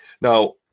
now